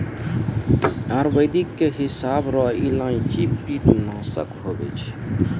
आयुर्वेद के हिसाब रो इलायची पित्तनासक हुवै छै